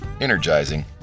energizing